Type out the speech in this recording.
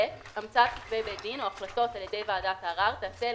(ב)המצאת כתבי בית-דין או החלטות על-ידי ועדת הערר תיעשה אל